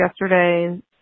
yesterday